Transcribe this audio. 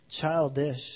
childish